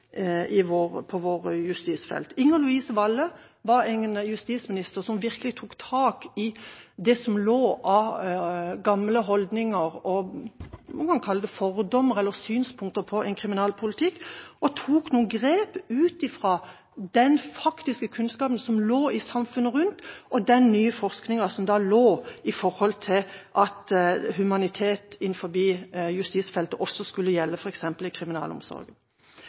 det som var av gamle holdninger – man kan kalle det fordommer eller synspunkter på en kriminalpolitikk – og tok noen grep ut fra den faktiske kunnskapen i samfunnet rundt og den nye forskningen som da forelå om at humanitet innenfor justisfeltet også skulle gjelde f.eks. i kriminalomsorgen.